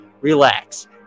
relax